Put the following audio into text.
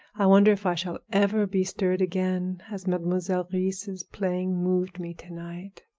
i wonder if i shall ever be stirred again as mademoiselle reisz's playing moved me to-night.